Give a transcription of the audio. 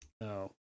no